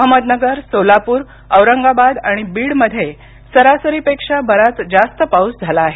अहमदनगर सोलापूर औरंगाबाद आणि बीड मध्ये सरासरीपेक्षा बराच जास्त पाऊस झाला आहे